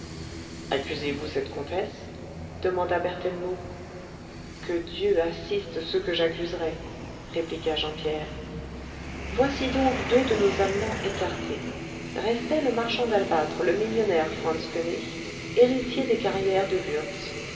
accusez-vous cette comtesse demanda berthellemot que dieu assiste ceux que j'accuserai répliqua jean pierre voici donc deux de nos allemands écartés restait le marchand d'albâtre le millionnaire franz koënig héritier des carrières de